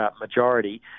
majority